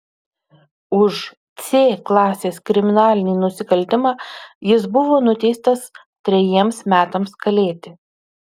už c klasės kriminalinį nusikaltimą jis buvo nuteistas trejiems metams kalėti